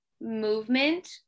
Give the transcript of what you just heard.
movement